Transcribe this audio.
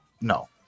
No